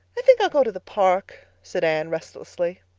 i think i'll go to the park, said anne restlessly.